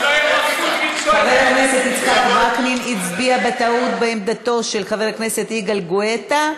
חבר הכנסת יצחק וקנין הצביע בטעות בעמדתו של חבר הכנסת יגאל גואטה,